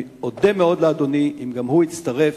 אני אודה מאוד לאדוני אם גם הוא יצטרף,